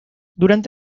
durante